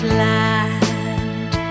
land